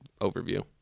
overview